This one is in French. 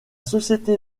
société